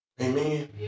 Amen